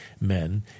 men